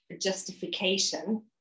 justification